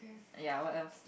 ya what else